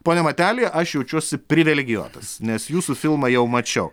pone mateli aš jaučiuosi privilegijuotas nes jūsų filmą jau mačiau